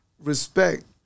respect